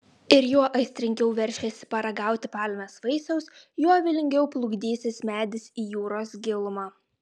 ir juo aistringiau veršiesi paragauti palmės vaisiaus juo vylingiau plukdysis medis į jūros gilumą